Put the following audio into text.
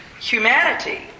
humanity